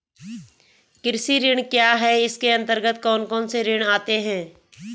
कृषि ऋण क्या है इसके अन्तर्गत कौन कौनसे ऋण आते हैं?